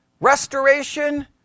restoration